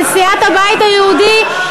על סיעת הבית היהודי,